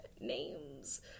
names